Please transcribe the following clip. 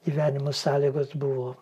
gyvenimo sąlygos buvo